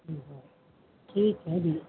बरं ठीक आहे बी